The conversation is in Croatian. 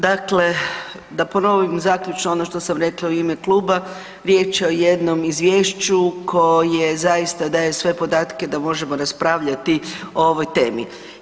Dakle, da ponovim zaključno ono što sam rekla i u ime kluba, riječ je o jednom izvješću koje zaista daje sve podatke da možemo raspravljati o ovoj temi.